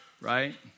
Right